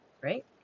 right